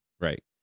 Right